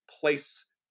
place